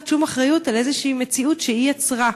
שום אחריות על איזושהי מציאות שהיא יצרה.